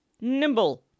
nimble